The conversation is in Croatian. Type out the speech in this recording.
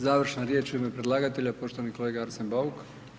Završna riječ u ime predlagatelja, poštovani kolega Arsen Bauk.